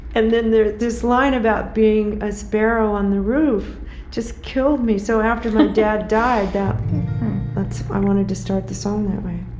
and then then this line about being a sparrow on the roof just killed me. so after my dad died, but i wanted to start the song that way